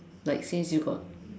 like since you got